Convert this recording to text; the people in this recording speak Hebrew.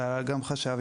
כלל גם חשב,